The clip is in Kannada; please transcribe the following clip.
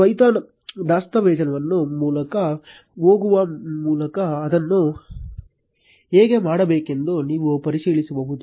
Twython ದಸ್ತಾವೇಜನ್ನು ಮೂಲಕ ಹೋಗುವ ಮೂಲಕ ಅದನ್ನು ಹೇಗೆ ಮಾಡಬೇಕೆಂದು ನೀವು ಪರಿಶೀಲಿಸಬಹುದು